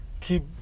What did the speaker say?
keep